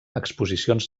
exposicions